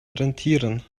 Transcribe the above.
rentieren